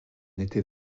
était